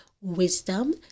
wisdom